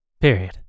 Period